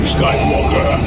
Skywalker